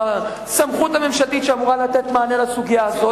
הסמכות הממשלתית שאמורה לתת מענה בסוגיה הזאת,